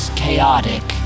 chaotic